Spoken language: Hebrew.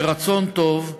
ברצון טוב,